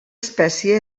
espècie